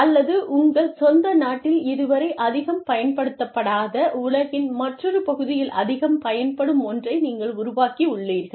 அல்லது உங்கள் சொந்த நாட்டில் இதுவரை அதிகம் பயன்படுத்தப்படாத உலகின் மற்றொரு பகுதியில் அதிகம் பயன்படும் ஒன்றை நீங்கள் உருவாக்கியுள்ளீர்கள்